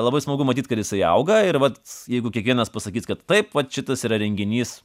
labai smagu matyt kad jisai auga ir vat jeigu kiekvienas pasakys kad taip vat šitas yra renginys